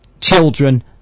children